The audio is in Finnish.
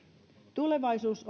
tulevaisuus